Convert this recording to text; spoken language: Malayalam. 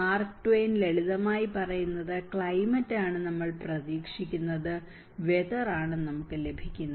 മാർക്ക് ട്വെയിൻ ലളിതമായി പറയുന്നത് ക്ലൈമറ്റ് ആണ് നമ്മൾ പ്രതീക്ഷിക്കുന്നത് വെതർ ആണ് നമുക്ക് ലഭിക്കുന്നത്